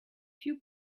few